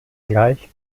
gleich